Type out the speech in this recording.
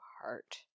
heart